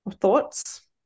Thoughts